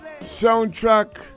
Soundtrack